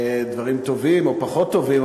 דברים טובים או פחות טובים,